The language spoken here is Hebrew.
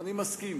אני מסכים.